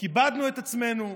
האם כיבדנו את עצמנו?